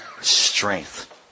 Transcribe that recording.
strength